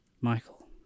Michael